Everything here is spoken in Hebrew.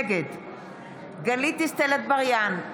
נגד גלית דיסטל אטבריאן,